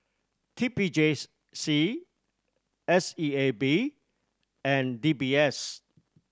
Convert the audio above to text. T P J C S E A B and D B S